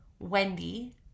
Wendy